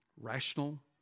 rational